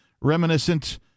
reminiscent